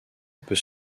peut